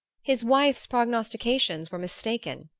his wife's prognostications were mistaken.